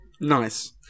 Nice